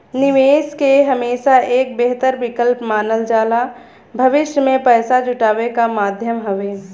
निवेश के हमेशा एक बेहतर विकल्प मानल जाला भविष्य में पैसा जुटावे क माध्यम हउवे